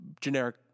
generic